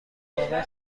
واقع